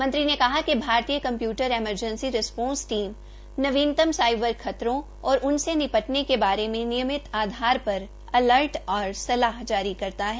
मंत्री ने कहा कि भारतीय कम्प्यूटर अमरजैंसी रसपौंस टीम नवीनतम साइबर खतरों और उनसे निपटने के बारे में नियमित आधार पर अलर्ट और सलाह जारी करता है